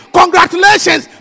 congratulations